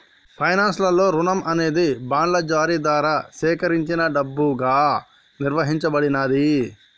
finance లలో రుణం అనేది బాండ్ల జారీ ద్వారా సేకరించిన డబ్బుగా నిర్వచించబడినాది